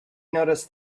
noticed